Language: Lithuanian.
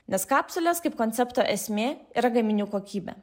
nes kapsulės kaip koncepto esmė yra gaminių kokybė